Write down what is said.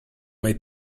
may